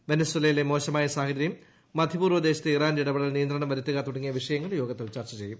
വെനസ്വേലയിലെ മോശമായ സാഹചര്യം മധ്യപൂർവ്വ ദേശത്തെ ഇറാന്റെ ഇടപെടലിൽ നിയന്ത്രണം വരുത്തുക തുടങ്ങിയ വിഷയങ്ങൾ യോഗത്തിൽ അവതരിപ്പിക്കും